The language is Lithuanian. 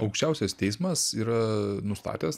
aukščiausias teismas yra nustatęs